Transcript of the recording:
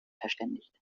verständigt